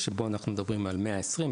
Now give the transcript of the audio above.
שבו אנחנו מדברים על 120,